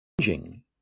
changing